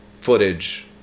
footage